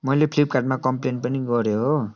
मैले फ्लिपकाटमा कम्प्लेन पनि गरेँ हो